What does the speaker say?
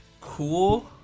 cool